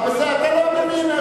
אתה לא מבין?